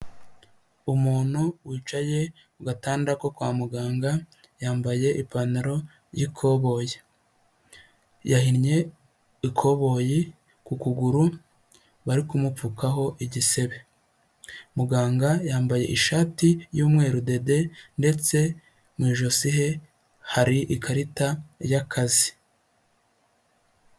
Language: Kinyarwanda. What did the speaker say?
Umuntu wicaye ku gatanda ko kwa muganga, yambaye ipantaro y'ikoboyi. Yahinnye ikoboyi ku kuguru bari kumupfukaho igisebe. Muganga yambaye ishati y'umweru dede ndetse mu ijosi he hari ikarita y'akazi.